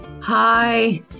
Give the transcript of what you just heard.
Hi